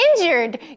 Injured